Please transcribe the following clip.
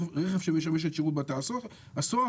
רכב שמשמש את שירות בתי הסוהר,